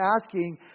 asking